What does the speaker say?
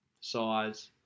size